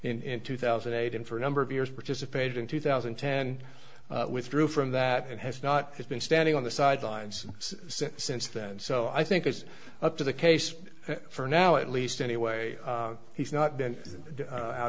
in two thousand and eight and for a number of years participated in two thousand and ten withdrew from that and has not been standing on the sidelines since then so i think it's up to the case for now at least anyway he's not bent out